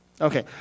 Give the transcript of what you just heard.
Okay